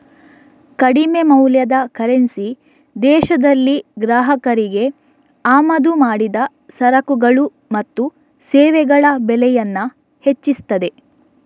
ಕಡಿಮೆ ಮೌಲ್ಯದ ಕರೆನ್ಸಿ ದೇಶದಲ್ಲಿ ಗ್ರಾಹಕರಿಗೆ ಆಮದು ಮಾಡಿದ ಸರಕುಗಳು ಮತ್ತು ಸೇವೆಗಳ ಬೆಲೆಯನ್ನ ಹೆಚ್ಚಿಸ್ತದೆ